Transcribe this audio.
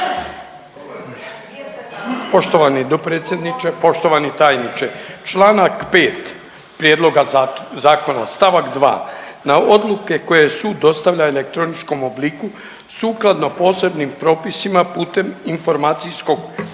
Poštovani dopredsjedniče, poštovani tajniče Članak 5. prijedloga zakona stavak 2. na odluke koje sud dostavlja u elektroničkom obliku sukladno posebnim propisima putem informacijskog